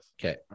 Okay